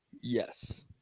yes